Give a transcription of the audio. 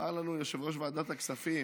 אמר לנו יושב-ראש ועדת הכספים